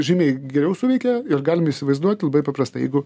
žymiai geriau suveikė ir galim įsivaizduot labai paprasta jeigu